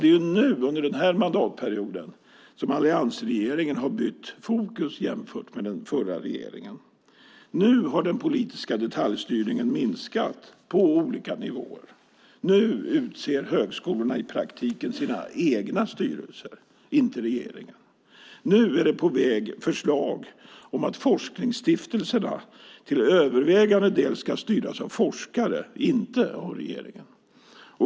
Det är nu, under den här mandatperioden, som alliansregeringen har bytt fokus jämfört med den förra regeringen. Nu har den politiska detaljstyrningen minskat på olika nivåer. Nu utser högskolorna, inte regeringen, i praktiken sina egna styrelser. Nu är det på väg förslag om att forskningsstiftelserna till övervägande del ska styras av forskare och inte av regeringen.